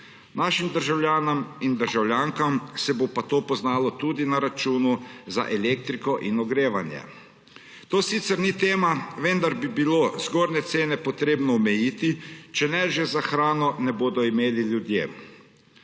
Našim državljanom in državljankam se bo pa to poznalo tudi na računu za elektriko in ogrevanje. To sicer ni tema, vendar bi bilo zgornje cene potrebno omejiti, če ne, še za hrano ne bodo imeli ljudje.